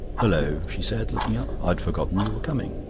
hullo, she said, looking up. i'd forgotten you were coming.